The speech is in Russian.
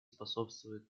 способствуют